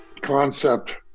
concept